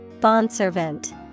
bondservant